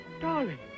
Darling